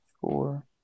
four